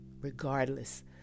regardless